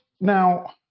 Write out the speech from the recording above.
now